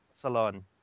salon